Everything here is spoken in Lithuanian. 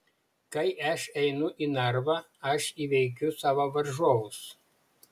kai aš einu į narvą aš įveikiu savo varžovus